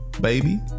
baby